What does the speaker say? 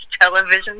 television